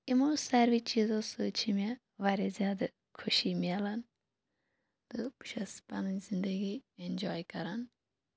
یِمو سارِوٕے چیٖزٕو سۭتۍ چھ مےٚ واریاہ زیادٕ خوشی میلان تہٕ بہٕ چھس پَنٕنۍ زِندگی اینجاے کَران